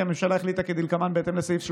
כי הממשלה החליטה כדלקמן: בהתאם לסעיף 31(ד)